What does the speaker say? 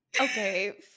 Okay